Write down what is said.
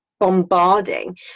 Bombarding